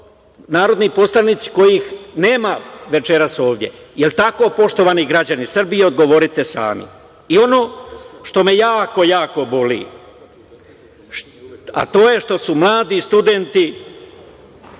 narodni poslanici, kojih nema večeras ovde? Da li je tako, poštovani građani Srbije? Odgovorite sami.I ono što me jako, jako boli, a to je što su mladi studenti